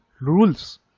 rules